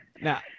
Now